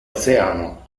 oceano